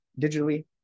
digitally